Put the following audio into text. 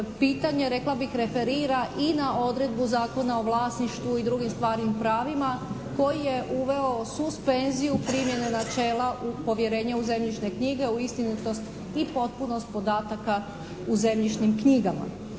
pitanje, rekla bih, referira i na odredbu Zakona o vlasništvu i drugim stvarnim pravima koji je uveo suspenziju primjene načela povjerenja u zemljišne knjige, u istinitost i potpunost podataka u zemljišnim knjigama.